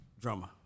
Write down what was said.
drummer